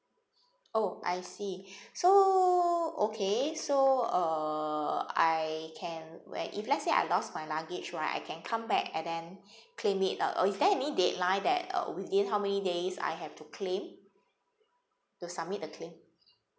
oh I see so okay so uh I can where if let's say I lost my luggage right I can come back and then claim it uh or is there any deadline that uh within how many days I have to claim to submit the claim